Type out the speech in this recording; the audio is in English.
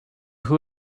who